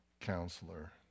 Counselor